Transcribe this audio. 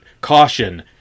Caution